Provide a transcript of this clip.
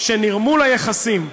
שנרמול היחסים,